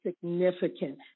significant